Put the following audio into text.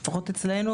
לפחות אצלנו,